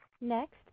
Next